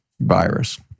virus